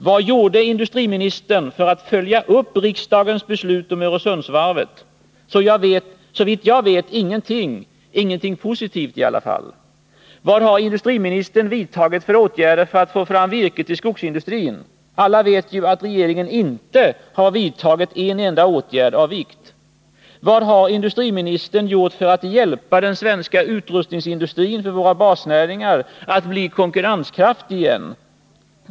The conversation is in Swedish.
Vad gjorde industriministern för att följa upp riksdagens beslut om Öresundsvarvet? Såvitt jag vet ingenting — ingenting positivt i alla fall. skogsindustrin? Alla vet ju att regeringen inte har vidtagit en enda åtgärd av vikt. Vad har industriministern gjort för att hjälpa den svenska utrustningsindustrin för våra basnäringar att bli konkurrenskraftig igen?